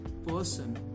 person